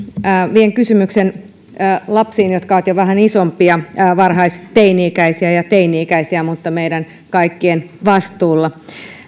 vien kysymyksen lapsiin jotka ovat jo vähän isompia varhaisteini ikäisiä ja teini ikäisiä mutta meidän kaikkien vastuulla